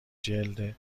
جلد